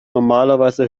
normalerweise